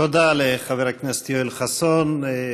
תודה לחבר הכנסת יואל חסון.